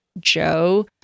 Joe